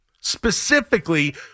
specifically